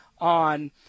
on